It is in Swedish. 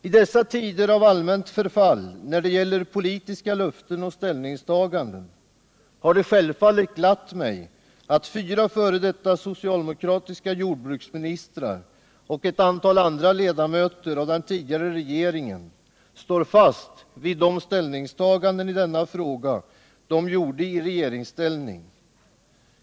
I dessa tider av allmänt förfall när det gäller politiska löften och ställningstaganden har det självfallet glatt mig att fyra socialdemokratiska f.d. jordbruksministrar och ett antal andra ledamöter av den tidigare regeringen står fast vid de ställningstaganden i denna fråga som de gjorde i regeringsställning.